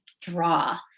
draw